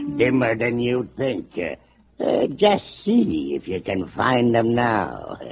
dimmer than you think just see if you can find them now